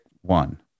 One